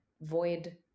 void